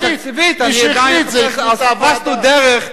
אבל תקציבית אני עדיין מחפש את הדרך,